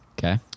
okay